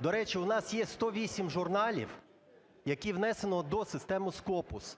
До речі, у нас є 108 журналів, які внесено досистемиScopus.